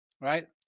right